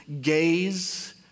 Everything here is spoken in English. gaze